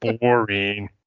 boring